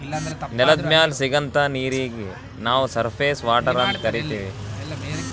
ನೆಲದ್ ಮ್ಯಾಲ್ ಸಿಗಂಥಾ ನೀರೀಗಿ ನಾವ್ ಸರ್ಫೇಸ್ ವಾಟರ್ ಅಂತ್ ಕರೀತೀವಿ